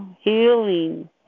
healing